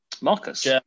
Marcus